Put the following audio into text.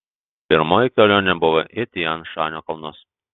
pirmoji kelionė buvo į tian šanio kalnus